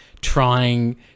trying